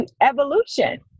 evolution